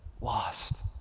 lost